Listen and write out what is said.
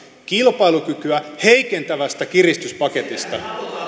kilpailukykyä heikentävästä kiristyspaketista